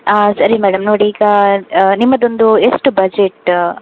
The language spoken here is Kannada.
ಹಾಂ ಸರಿ ಮೇಡಮ್ ನೋಡಿ ಈಗ ನಿಮ್ಮದೊಂದು ಎಷ್ಟು ಬಜೆಟ್ಟ